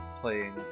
playing